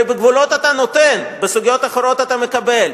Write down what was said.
הרי את הגבולות אתה נותן, בסוגיות אחרות אתה מקבל.